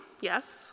yes